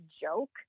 joke